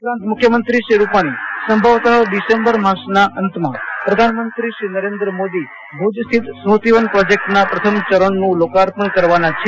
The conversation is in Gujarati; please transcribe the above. ઉપરાંત મખ્યમંત્રી શ્રી રૂપાણી સંભવતઃ ડીસમ્બર માસના અંતમાં પ્રધાનમંત્રી શ્રી નરેન્દ મોદી ભજ સ્થિત સ્મૃતિવન પ્રોજકટ ના પ્રથમ ચરણ લોકાર્પણ કરવાના છે